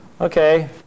okay